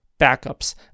backups